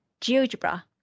GeoGebra